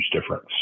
difference